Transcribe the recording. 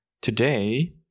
Today